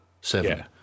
seven